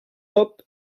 pop